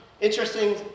interesting